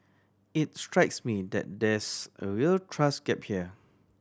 it strikes me that there's a real trust gap here